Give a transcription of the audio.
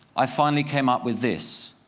i finally came up with this,